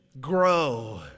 Grow